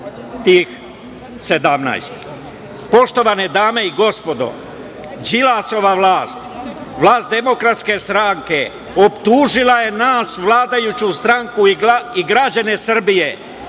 tih 17.Poštovane dame i gospodo, Đilasova vlast, vlast Demokratske stranke, optužila je nas, vladajuću stranku i građane Srbije